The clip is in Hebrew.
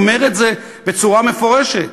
הוא אומר בצורה מפורשת